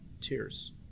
tears